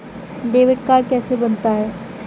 Debit card कैसे बनता है?